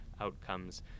outcomes